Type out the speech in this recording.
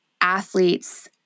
athletes